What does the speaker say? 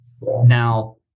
Now